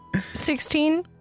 Sixteen